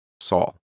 Saul